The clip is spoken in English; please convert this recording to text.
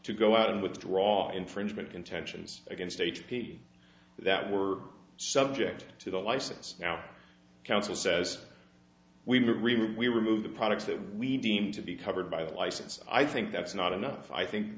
to go out and withdraw infringement contentions against h p that were subject to the license now counsel says we removed we remove the products that we deem to be covered by the license i think that's not enough i think